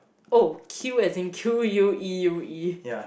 oh queue as in Q U E U E